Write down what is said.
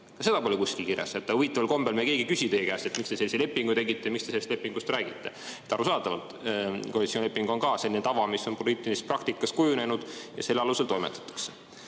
seda pole kuskil kirjas. Aga huvitaval kombel me keegi ei küsi teie käest, miks te sellise lepingu tegite ja miks te sellest lepingust räägite. Arusaadavalt on koalitsioonileping ka selline tava, mis on poliitilises praktikas kujunenud, ja selle alusel toimetatakse. Aga